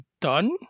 done